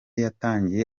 yatangiye